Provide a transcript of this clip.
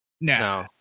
No